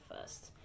first